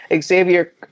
Xavier